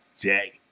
day